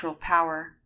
power